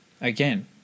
again